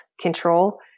control